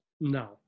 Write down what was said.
No